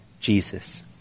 Jesus